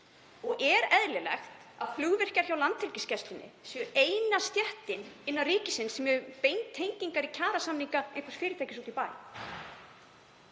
Er eðlilegt að flugvirkjar hjá Landhelgisgæslunni séu eina stéttin hjá ríkinu sem hefur beintengingar í kjarasamninga einhvers fyrirtækis úti í bæ?